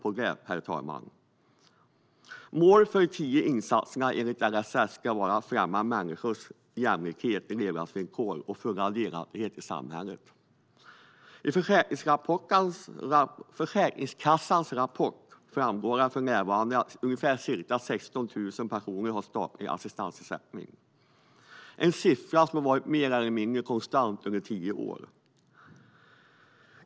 Målet med de tio insatserna enligt LSS ska vara att främja människors jämlikhet i levnadsvillkor och fulla delaktighet i samhällslivet. Av Försäkringskassans rapport framgår det att ca 16 000 personer har statlig assistansersättning för närvarande. Den siffran har varit mer eller mindre konstant under tio år.